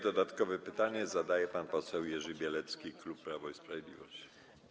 Dodatkowe pytanie zadaje pan poseł Jerzy Bielecki, klub Prawo i Sprawiedliwość.